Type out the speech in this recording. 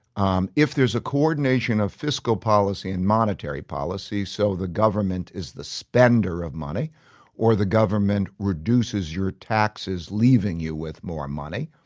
um if there is a coordination of fiscal and monetary policy so the government is the spender of money or the government reduces your taxes leaving you with more money,